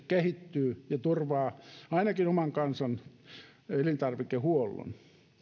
kehittyy ja turvaa ainakin oman kansan elintarvikehuollon